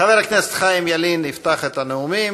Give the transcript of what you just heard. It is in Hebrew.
חבר הכנסת חיים ילין יפתח את הנאומים,